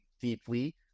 deeply